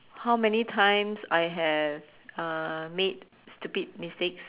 how many times I have uh made stupid mistakes